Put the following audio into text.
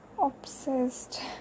obsessed